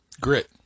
Grit